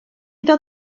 iddo